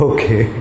Okay